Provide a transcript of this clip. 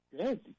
Good